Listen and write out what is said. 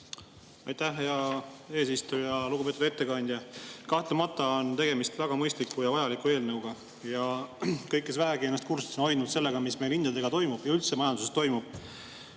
Aitäh, hea eesistuja! Lugupeetud ettekandja! Kahtlemata on tegemist väga mõistliku ja vajaliku eelnõuga. Kõik, kes vähegi on ennast kursis hoidnud sellega, mis meil hindadega toimub ja üldse majanduses toimub,